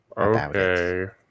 Okay